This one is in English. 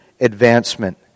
advancement